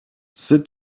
cette